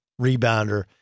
rebounder